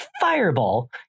Fireball